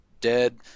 dead